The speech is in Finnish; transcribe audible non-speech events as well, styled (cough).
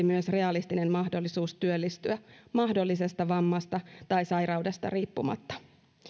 (unintelligible) myös realistinen mahdollisuus työllistyä mahdollisesta vammasta tai sairaudesta riippumatta